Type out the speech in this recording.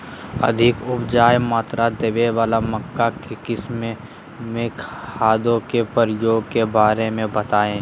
अधिक उपज मात्रा देने वाली मक्का की किस्मों में खादों के प्रयोग के बारे में बताएं?